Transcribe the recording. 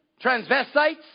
transvestites